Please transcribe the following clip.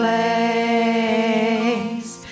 Place